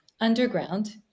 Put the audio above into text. Underground